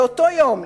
באותו יום,